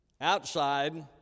outside